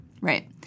Right